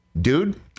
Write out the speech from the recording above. Dude